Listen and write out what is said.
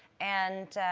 and